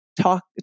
talk